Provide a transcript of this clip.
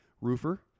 roofer